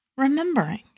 remembering